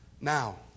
Now